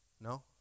No